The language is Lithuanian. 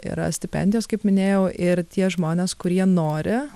yra stipendijos kaip minėjau ir tie žmonės kurie nori